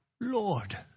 Lord